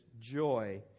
joy